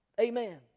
Amen